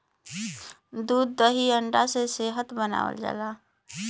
दूध दही अंडा से सेहत बनावल जाला